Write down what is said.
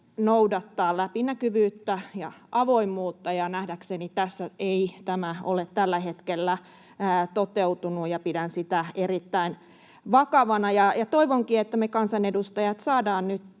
noudattaa läpinäkyvyyttä ja avoimuutta, ja nähdäkseni tässä ei tämä ole tällä hetkellä toteutunut, ja pidän sitä erittäin vakavana. Toivonkin, että me kansanedustajat saadaan nyt